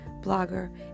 blogger